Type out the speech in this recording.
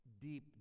deep